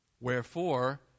Wherefore